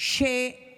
הלילה שיש